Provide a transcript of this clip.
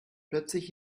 plötzlich